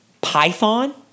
Python